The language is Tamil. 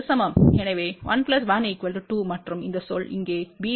எனவே 1 1 2 மற்றும் இந்த சொல் இங்கேBZ0CZ0